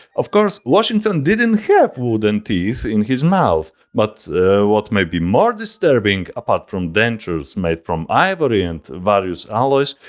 of course washington didn't have wooden teeth in his mouth, but what may be more disturbing apart from dentures made from ivory and various alloys,